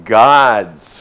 gods